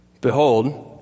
Behold